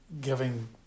giving